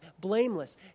blameless